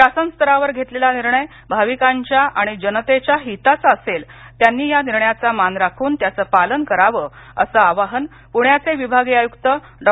शासनस्तरावर घेतलेला निर्णय भाविकांच्या आणि जनतेच्या हिताचा असेल त्यांनी या निर्णयाचा मान राखून त्याचं पालन करावं असं आवाहन पूण्याचे विभागीय आयुक्त डॉ